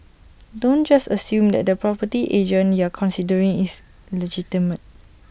don't just assume that the property agent you're considering is legitimate